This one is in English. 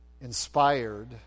inspired